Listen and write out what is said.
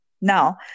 Now